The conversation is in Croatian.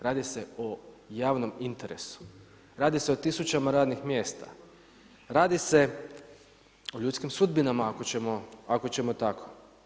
Radi se o javnom interesu, radi se o tisućama radnih mjesta, radi se ljudskim sudbinama ako ćemo tako.